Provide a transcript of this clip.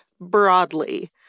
broadly